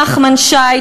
נחמן שי,